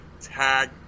tag